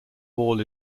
ball